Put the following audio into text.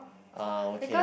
ah okay